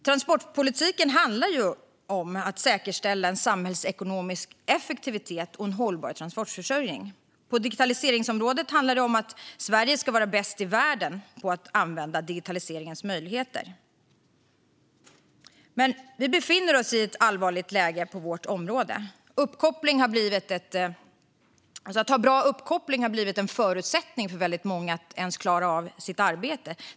Transportpolitiken handlar ju om att säkerställa en samhällsekonomisk effektivitet och en hållbar transportförsörjning. På digitaliseringsområdet handlar det om att Sverige ska vara bäst i världen på att använda digitaliseringens möjligheter. Men vi befinner oss i ett allvarligt läge på vårt område. Att ha bra uppkoppling har blivit en förutsättning för väldigt många att ens klara av sitt arbete.